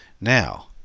Now